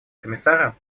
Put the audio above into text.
комиссара